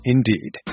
Indeed